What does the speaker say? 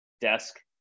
desk